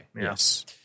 Yes